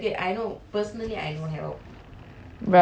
brothers !wow! oh your friends lah